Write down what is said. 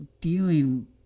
dealing